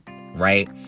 Right